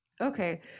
Okay